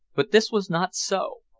but this was not so.